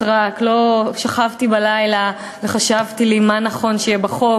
לא שכבתי בלילה וחשבתי לי מה נכון שיהיה בחוק.